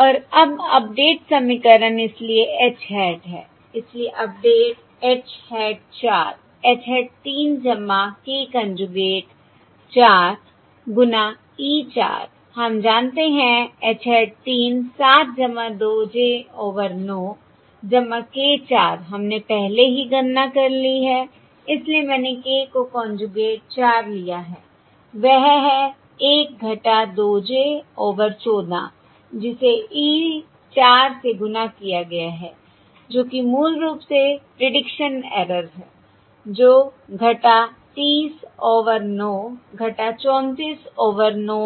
और अब अपडेट समीकरण इसलिए h hat है इसलिए update h hat 4 h hat 3 k conjugate 4 गुना e 4 हम जानते हैं h hat 3 7 2 j over 9 k 4 हमने पहले ही गणना कर ली है इसलिए मैंने k को कोंजूगेट 4 लिया है वह है 1 2 j ओवर 14 जिसे e 4 से गुना किया गया है जो कि मूल रूप से प्रीडिक्शन एरर है जो 30 ओवर 9 34 ओवर 9